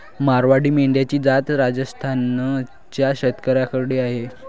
मारवाडी मेंढ्यांची जात राजस्थान च्या शेतकऱ्याकडे आहे